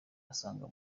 asanga